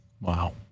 Wow